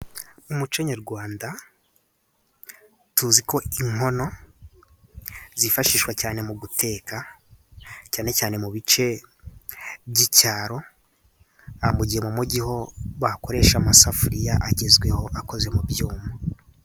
Mumuco nyarwanda tuzi ko inkono zifashishwa cyane mu guteka cyane cyane mu bice by'icyaro mugihe mumugi ho bakoresha amasafuriya agezweho akoze mu byuma.